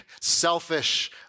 selfish